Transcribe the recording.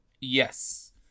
Yes